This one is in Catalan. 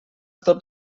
tot